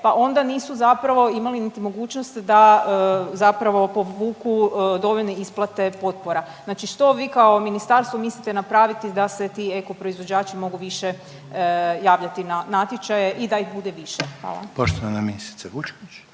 pa onda nisu zapravo imali niti mogućnost da zapravo povuku dovoljne isplate potpora. Znači što vi kao ministarstvo mislite napraviti da se ti eko proizvođači mogu više javljati na natječaje i da ih bude više. Hvala. **Reiner, Željko